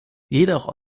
jedoch